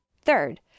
Third